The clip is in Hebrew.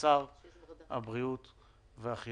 האינטרס שלנו שהם ייפתחו הוא לא רק בשביל